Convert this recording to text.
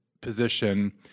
position